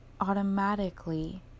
automatically